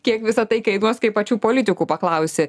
kiek visa tai kainuos kai pačių politikų paklausi